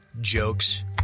jokes